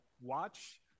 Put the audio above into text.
watch